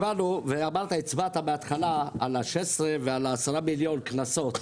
הצבעת בהתחלה על ה-16 ועל ה-10 מיליון קנסות.